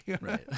Right